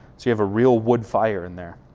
so you have a real wood-fire in there.